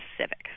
Civic